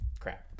crap